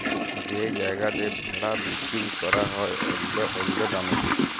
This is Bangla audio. যেই জায়গাতে ভেড়া বিক্কিরি ক্যরা হ্যয় অল্য অল্য দামে